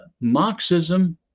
marxism